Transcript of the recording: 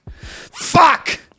Fuck